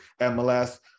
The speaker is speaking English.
MLS